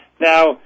Now